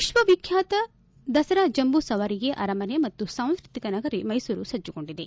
ವಿಶ್ವವಿಖ್ಯಾತ ದಸರಾ ಜಂಬೂಸವಾರಿಗೆ ಅರಮನೆ ಮತ್ತು ಸಾಂಸ್ನತಿಕ ನಗರಿ ಮೈಸೂರು ಸಜ್ಜುಗೊಂಡಿದೆ